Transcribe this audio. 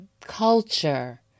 Culture